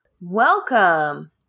Welcome